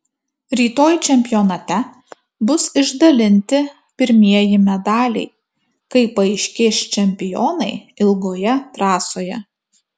rytoj čempionate bus išdalinti pirmieji medaliai kai paaiškės čempionai ilgoje trasoje